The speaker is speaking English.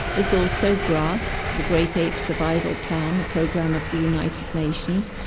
there's also grasp, the great ape survival plan program of the united nations,